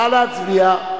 נא להצביע.